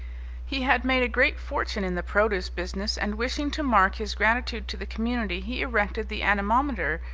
he had made a great fortune in the produce business and wishing to mark his gratitude to the community he erected the anemometer,